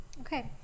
Okay